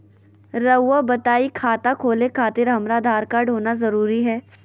रउआ बताई खाता खोले खातिर हमरा आधार कार्ड होना जरूरी है?